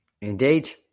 Indeed